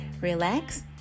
relax